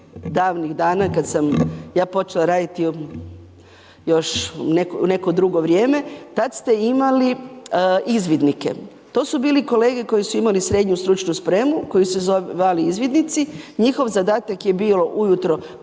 davnih dana kada sam ja počela raditi još u neko drugo vrijeme, tad ste imali izvidnike. To su bili kolege koji su imali srednju stručnu spremu koji su se zvali izvidnici, njihov zadatak je bilo ujutro